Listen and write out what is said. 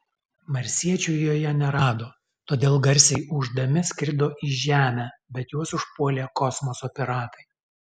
marsiečių joje nerado todėl garsiai ūždami skrido į žemę bet juos užpuolė kosmoso piratai